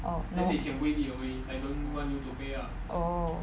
oh oh